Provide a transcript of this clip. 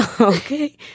okay